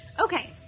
Okay